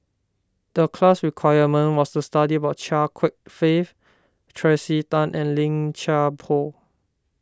the class assignment was to study about Chia Kwek Fah Tracey Tan and Lim Chuan Poh